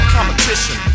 Competition